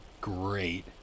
great